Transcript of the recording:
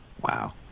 Wow